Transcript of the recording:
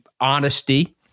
honesty